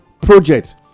project